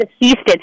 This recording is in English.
Houston